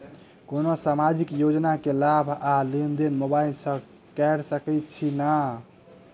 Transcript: कोनो सामाजिक योजना केँ लाभ आ लेनदेन मोबाइल सँ कैर सकै छिःना?